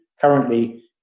currently